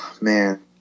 man